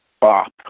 pop